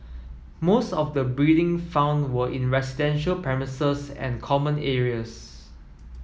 most of the breeding found were in residential premises and common areas